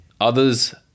others